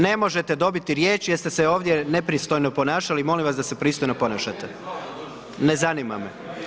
Ne možete dobiti riječ jer ste se ovdje nepristojno ponašali, molim vas da se pristojno ponašate. ... [[Upadica se ne čuje.]] Ne zanima me.